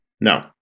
no